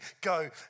go